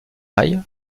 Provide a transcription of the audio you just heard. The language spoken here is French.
aille